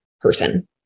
person